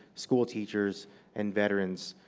school teachers and veterans.